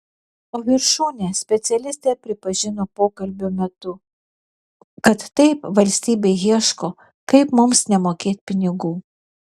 o viršūnė specialistė pripažino pokalbio metu kad taip valstybė ieško kaip mums nemokėt pinigų